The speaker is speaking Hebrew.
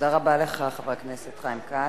תודה רבה לך, חבר הכנסת חיים כץ.